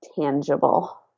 tangible